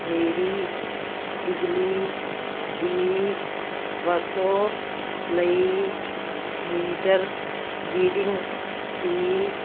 ਮੇਰੀ ਬਿਜਲੀ ਦੀ ਵਰਤੋਂ ਲਈ ਮੀਟਰ ਰੀਡਿੰਗ ਦੀ